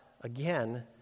again